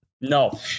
No